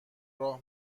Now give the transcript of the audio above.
راه